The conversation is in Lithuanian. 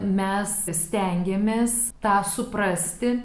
mes stengiamės tą suprasti